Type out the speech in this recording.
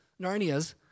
Narnias